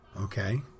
Okay